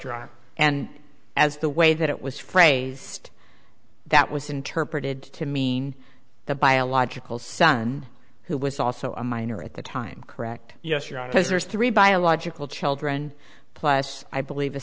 correct and as the way that it was phrased that was interpreted to mean the biological son who was also a minor at the time correct yes you're on because there's three biological children plus i believe a